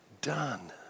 done